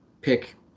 pick